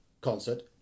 concert